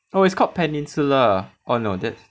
oh it's called Peninsula oh no that's